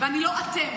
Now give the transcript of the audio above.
ואני לא אתם.